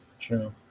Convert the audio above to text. True